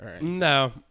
No